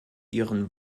ihren